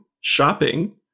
shopping